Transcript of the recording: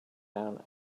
down